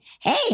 hey